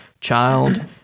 child